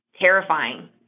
terrifying